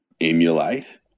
emulate